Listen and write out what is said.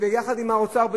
וביחד עם האוצר,